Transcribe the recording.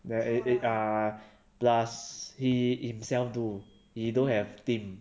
where it it uh plus he himself do he don't have team